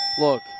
Look